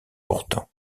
pourtant